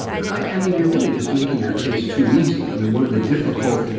and i i mean, you're really just making your case too easy. i mean, one of the difficult